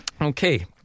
okay